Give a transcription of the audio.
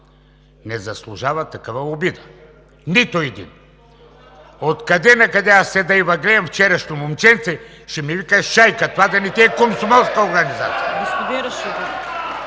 не заслужава такава обида. Нито един! Откъде накъде аз седя и Ви гледам – вчерашно момченце, ще ми викаш „шайка“. Това не ти е комсомолска организация!